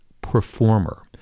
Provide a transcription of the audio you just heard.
performer